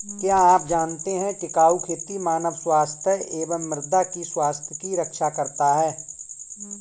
क्या आप जानते है टिकाऊ खेती मानव स्वास्थ्य एवं मृदा की स्वास्थ्य की रक्षा करता हैं?